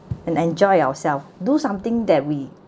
and enjoy ourselves do something that we